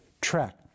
track